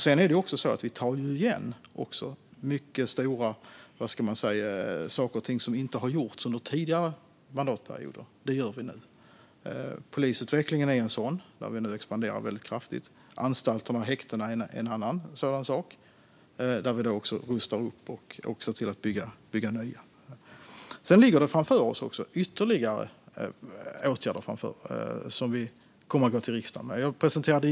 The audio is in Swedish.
Sedan tar vi också igen mycket som inte har gjorts under tidigare mandatperioder. Det gör vi nu. Polisutvecklingen är en sådan sak, där vi nu expanderar mycket kraftigt. Anstalter och häkten är en annan sådan sak. Där rustar vi upp och bygger nytt. Sedan ligger det ytterligare åtgärder framför oss som vi kommer att gå till riksdagen med.